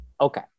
Okay